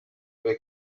bwe